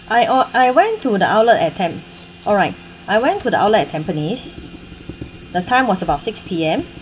I uh I went to the outlet at tam~ alright I went to the outlet at tampines the time was about six P_M